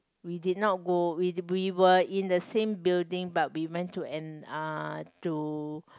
we did not go with we were in the same building but we went to in a to